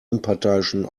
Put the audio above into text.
unparteiischen